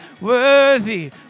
Worthy